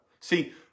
see